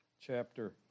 chapter